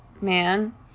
man